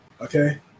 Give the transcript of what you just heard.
okay